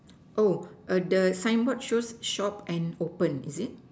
oh the signboard shows shop and open is it